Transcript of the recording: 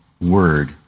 word